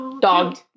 dog